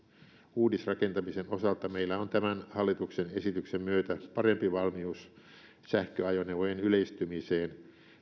uudisrakentamisen osalta meillä on tämän hallituksen esityksen myötä parempi valmius sähköajoneuvojen yleistymiseen